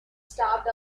starved